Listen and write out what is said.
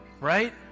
Right